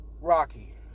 Rocky